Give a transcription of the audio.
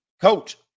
coach